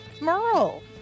Merle